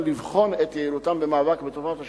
לבחון את יעילותם במאבק בתופעת השכרות,